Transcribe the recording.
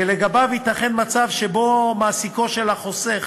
שלגביו ייתכן מצב שבו מעסיקו של החוסך